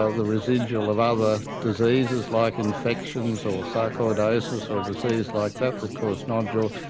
ah the residual of other diseases like infections or sarcoidosis or a disease like that that cause nodules,